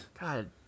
God